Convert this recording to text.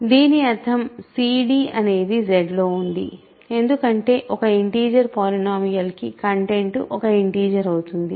దీని అర్థం cd అనేది Z లో ఉంది ఎందుకంటే ఒక ఇంటిజర్ పాలినోమియల్ కి కంటెంట్ ఒక ఇంటిజర్ అవుతుంది